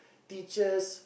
teachers